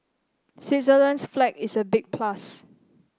Switzerland's flag is a big plus